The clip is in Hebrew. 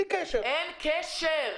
אין קשר.